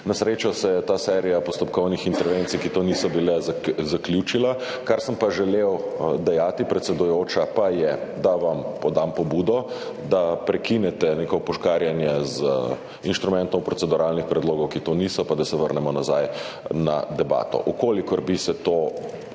Na srečo se je ta serija postopkovnih intervencij, ki to niso bile, zaključila. Kar sem želel dejati, predsedujoča, pa je, da vam podam pobudo, da prekinete neko puškarjenje z inštrumentom proceduralnih predlogov, ki to niso, pa da se vrnemo na debato. Če bi se tovrstna